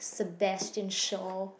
the Bastian shore